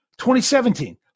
2017